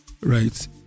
Right